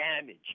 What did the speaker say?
damage